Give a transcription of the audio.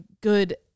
good